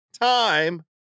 time